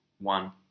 one